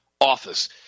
Office